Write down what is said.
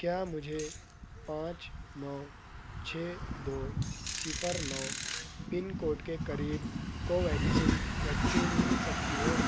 کیا مجھے پانچ نو چھ دو صفر نو پن کوڈ کے قریب کوویکسین ویکسین مل سکتی ہے